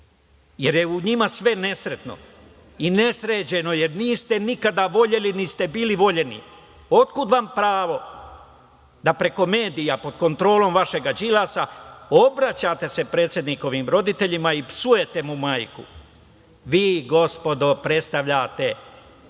jer je u njima sve nesretno i nesređeno, jer nikada niste voleli, niti ste bili voljeni. Otkud vam pravo da se preko medija pod kontrolom vašega Đilasa obraćate predsednikovim roditeljima i psujete mu majku? Vi, gospodo, predstavljate